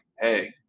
hey